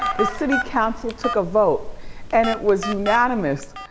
the city council took a vote and it was unanimous.